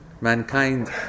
mankind